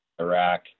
Iraq